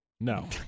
No